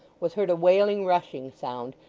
was heard a wailing, rushing sound,